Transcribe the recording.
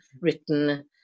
written